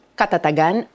katatagan